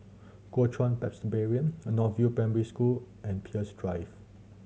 Kuo Chuan Presbyterian North View Primary School and Peirce Drive